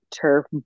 turf